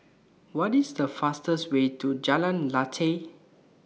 What IS The easiest Way to Jalan Lateh